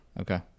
Okay